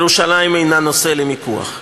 ירושלים אינה נושא למיקוח.